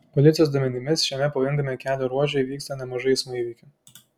policijos duomenimis šiame pavojingame kelio ruože įvyksta nemažai eismo įvykių